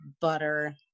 butter